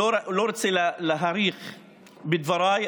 לא רוצה להאריך בדבריי,